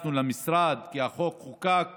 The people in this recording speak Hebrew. שנכנסנו למשרד, כי החוק חוקק